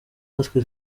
natwe